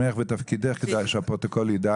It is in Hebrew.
אולי תגידי את שמך ותפקידך, כדי שהפרוטוקול יידע.